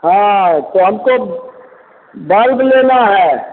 हाँ तो हमको बल्ब लेना है